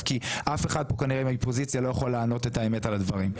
כי אף אחד כנראה לא יכול לענות את האמת על הדברים.